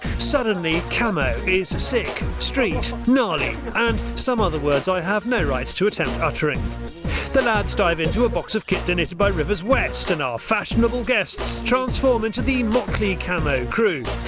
suddenly camo is sick, street, gnarly and some other words i have no right to attempt uttering the lads dive in to a box of kit donated by rivers west and our fashionable guests transform into the motley camo crew.